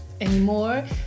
anymore